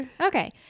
Okay